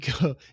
go